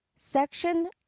section